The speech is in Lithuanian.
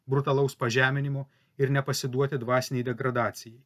brutalaus pažeminimo ir nepasiduoti dvasinei degradacijai